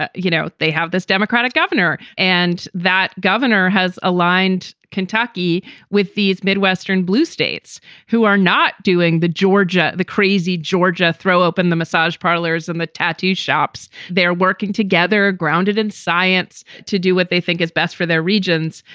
ah you know, they have this democratic governor and that governor has aligned kentucky with these midwestern blue states who are not doing the georgia. the crazy georgia throw up and the massage parlors and the tattoo shops, they are working together, are grounded in science to do what they think is best for their regions.